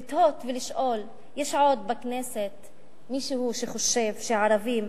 לתהות ולשאול אם יש עוד מישהו בכנסת שחושב שהערבים